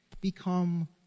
become